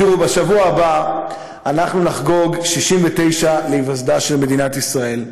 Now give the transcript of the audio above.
בשבוע הבא אנחנו נחגוג 69 להיווסדה של מדינת ישראל,